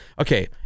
Okay